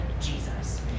jesus